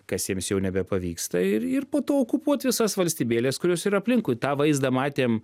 kas jiems jau nebepavyksta ir ir po to okupuot visas valstybėles kurios yra aplinkui tą vaizdą matėm